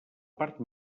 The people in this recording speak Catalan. part